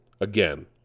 again